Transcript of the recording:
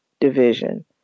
division